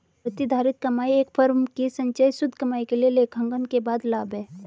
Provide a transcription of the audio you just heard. प्रतिधारित कमाई एक फर्म की संचयी शुद्ध कमाई के लिए लेखांकन के बाद लाभ है